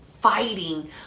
Fighting